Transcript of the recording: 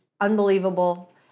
unbelievable